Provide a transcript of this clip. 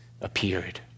appeared